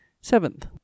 Seventh